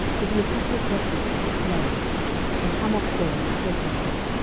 to be a city of refuge for the slayer and hammothdor with her suburbs,